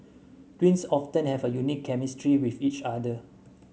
twins often have a unique chemistry with each other